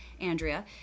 Andrea